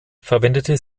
verwendete